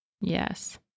yes